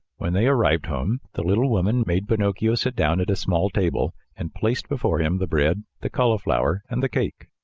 when they arrived home, the little woman made pinocchio sit down at a small table and placed before him the bread, the cauliflower, and the cake.